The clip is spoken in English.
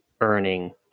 earning